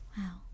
wow